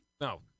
No